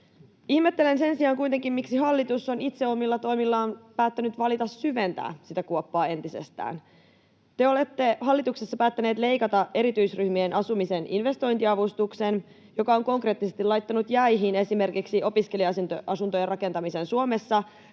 Ihmettelen sen sijaan kuitenkin, miksi hallitus on itse omilla toimillaan päättänyt valita syventää sitä kuoppaa entisestään. Te olette hallituksessa päättäneet leikata erityisryhmien asumisen investointiavustuksen, joka on konkreettisesti laittanut jäihin esimerkiksi opiskelija-asuntojen rakentamisen Suomessa.